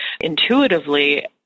Intuitively